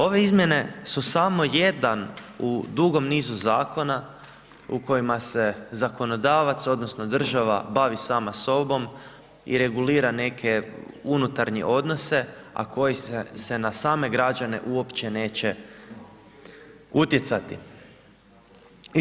Ove izmjene su samo jedan u dugom nizu zakona u kojima se zakonodavac odnosno država bavi sama sobom i regulira neke unutarnje odnose, a koji se na same građane uopće neće utjecati.